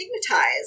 stigmatized